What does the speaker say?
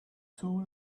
too